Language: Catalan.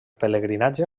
pelegrinatge